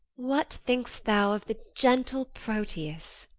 what think'st thou of the gentle proteus?